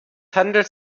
handelt